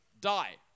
die